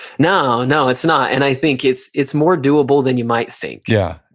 no, no it's not. and i think it's it's more doable than you might think yeah,